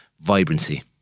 vibrancy